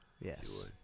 Yes